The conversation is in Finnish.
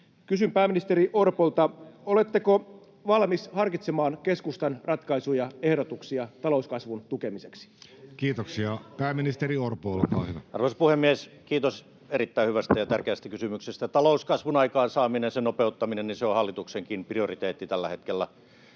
Kysyn pääministeri Orpolta: oletteko valmis harkitsemaan keskustan ratkaisuja ja ehdotuksia talouskasvun tukemiseksi? Kiitoksia. — Pääministeri Orpo, olkaa hyvä. Arvoisa puhemies! Kiitos erittäin hyvästä ja tärkeästä kysymyksestä. Talouskasvun aikaansaaminen, sen nopeuttaminen on hallituksenkin prioriteetti tällä hetkellä.